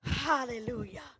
Hallelujah